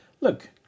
look